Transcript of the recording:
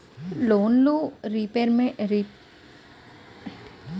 Loan repayment ఎన్ని నెలలు ఆగితే ఎసట్ వెనక్కి తీసుకుంటారు?